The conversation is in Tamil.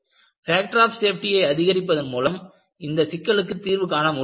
ஃபேக்டர் ஆப் சேஃப்டியை அதிகரிப்பதன் மூலம் இந்த சிக்கலுக்கு தீர்வு காண முடியாது